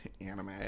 anime